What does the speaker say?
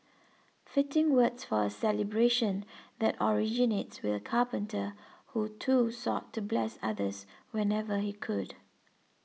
fitting words for a celebration that originates with a carpenter who too sought to bless others whenever he could